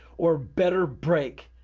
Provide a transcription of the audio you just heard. or a better break,